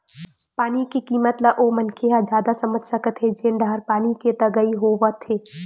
पानी के किम्मत ल ओ मनखे ह जादा समझ सकत हे जेन डाहर पानी के तगई होवथे